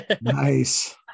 nice